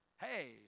Hey